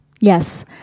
Yes